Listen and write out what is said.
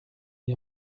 n’y